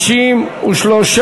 התשע"ג 2013,